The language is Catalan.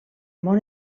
món